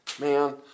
man